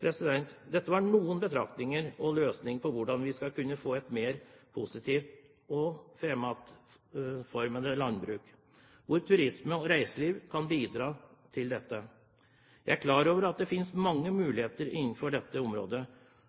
Dette var noen betraktninger om løsninger til hvordan vi skal kunne få et mer positivt og fremadstormende landbruk, hvor turisme og reiseliv kan bidra til å få til dette. Jeg er klar over at det finnes mange muligheter innenfor dette området,